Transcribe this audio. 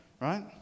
right